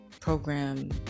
program